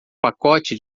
pacote